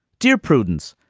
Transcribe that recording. dear prudence?